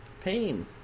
Pain